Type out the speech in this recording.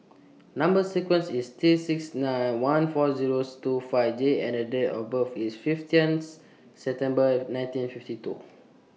Number sequence IS T six nine one four zeros two five J and Date of birth IS fifteenth September nineteen fifty two